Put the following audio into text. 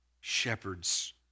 shepherds